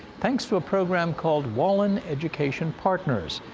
thanks to a program called wallin education partners.